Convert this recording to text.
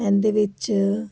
ਇਹਦੇ ਵਿੱਚ